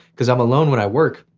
cause i'm alone when i work,